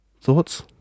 Thoughts